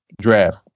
draft